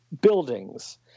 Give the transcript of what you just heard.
buildings